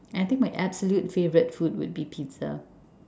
and I think my absolute favorite food would be pizza